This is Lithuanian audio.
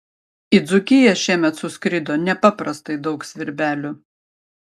į dzūkiją šiemet suskrido nepaprastai daug svirbelių